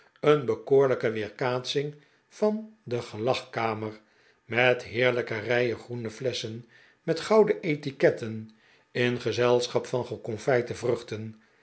een bekoorlijke weerkaatsing van de gelagkamer met heerlijke rijen groene flessehen met gouden etiketten in gezelschap van geconfijte vruchten